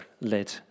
led